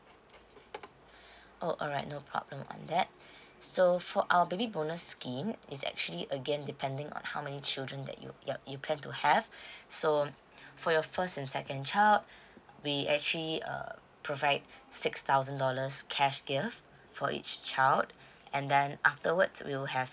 oh alright no problem on that so for our baby bonus scheme is actually again depending on how many children that you you're you plan to have so for your first and second child we actually uh provide six thousand dollars cash gift for each child and then afterwards we will have